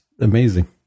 Amazing